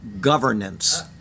governance